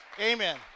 Amen